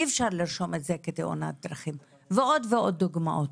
אי אפשר לרשום את זה כתאונת דרכים ועוד ועוד דוגמאות.